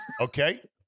Okay